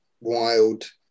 wild